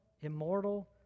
immortal